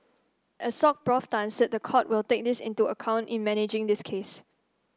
Assoc Professor Tan said the court will take this into account in managing this case